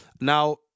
Now